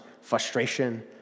frustration